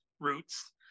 roots